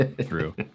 True